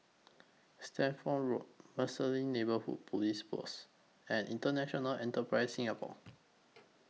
Stamford Road Marsiling Neighbourhood Police Post and International Enterprise Singapore